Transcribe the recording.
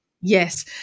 yes